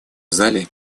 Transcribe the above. зале